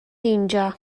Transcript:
اینجا